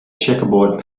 checkerboard